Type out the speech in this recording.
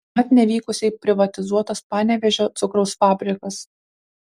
mat nevykusiai privatizuotas panevėžio cukraus fabrikas